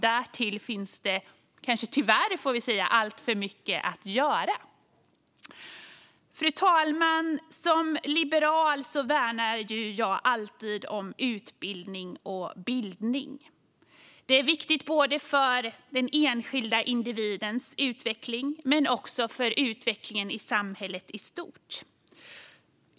Därtill finns det - tyvärr, får man kanske säga - alltför mycket att göra. Fru talman! Som liberal värnar jag alltid om utbildning och bildning. Det är viktigt både för den enskilda individens utveckling och för utvecklingen i samhället i stort.